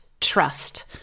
trust